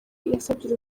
yasabye